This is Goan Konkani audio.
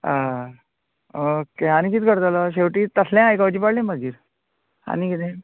आं ओके आनी किद करतलो शेवटी तसलें आयकोचें पडलें मागीर आनी किदें